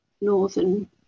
northern